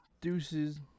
Deuces